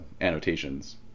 annotations